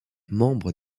membre